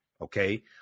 okay